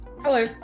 Hello